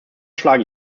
schlage